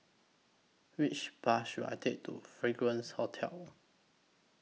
Which Bus should I Take to Fragrance Hotel